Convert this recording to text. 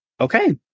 okay